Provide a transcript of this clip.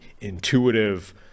intuitive